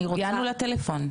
יענו לטלפון.